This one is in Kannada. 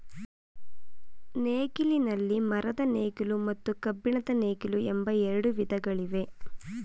ನೇಗಿಲಿನಲ್ಲಿ ಮರದ ನೇಗಿಲು ಮತ್ತು ಕಬ್ಬಿಣದ ನೇಗಿಲು ಎಂಬ ಎರಡು ವಿಧಗಳಿವೆ